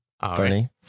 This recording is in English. Funny